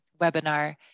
webinar